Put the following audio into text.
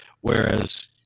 whereas